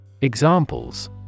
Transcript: Examples